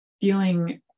feeling